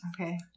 Okay